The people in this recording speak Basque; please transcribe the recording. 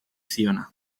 ziona